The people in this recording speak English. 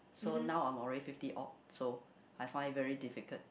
so now I'm already fifty odd so I find very difficult